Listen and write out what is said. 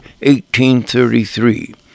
1833